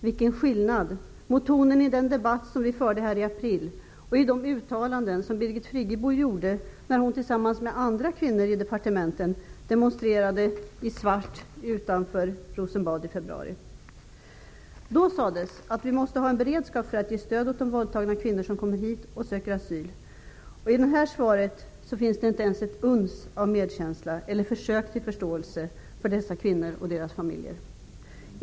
Vilken skillnad mot tonen i den debatt som vi här förde i april och i de uttalanden som Birgit Friggebo gjorde när hon tillsammans med andra kvinnor i departementen demonstrerade i svart utanför Rosenbad i februari! Då sades det att vi måste ha en beredskap för att kunna ge stöd åt de våldtagna kvinnor som kommer hit och söker asyl. I det här svaret finns det inte ens ett uns av medkänsla eller försök till förståelse för dessa kvinnor och deras familjer.